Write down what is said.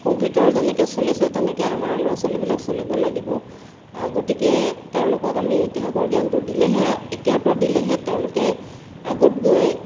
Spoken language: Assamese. কম্পিউটাৰ যেনেকৈ চলিছে তেনেকৈ আমাৰ ল'ৰা ছোৱালীবিলাক চলিব লাগিব গতিকে তেওঁলোকক আমি ইতিহাসৰ জ্ঞানটো দিলেহে এতিয়াৰ পৰা দিলেহে তেওঁলোকে আগত গৈ